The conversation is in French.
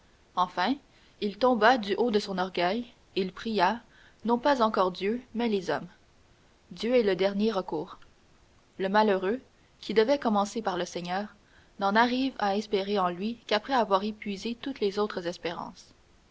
enfin il tomba du haut de son orgueil il pria non pas encore dieu mais les hommes dieu est le dernier recours le malheureux qui devrait commencer par le seigneur n'en arrive à espérer en lui qu'après avoir épuisé toutes les autres espérances